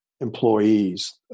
employees